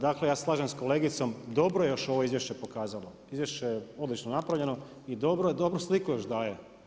Dakle, ja se slažem s kolegicom, dobro je još ovo izvješće pokazalo, izvješće je odlično napravljeno i dobru sliku još daje.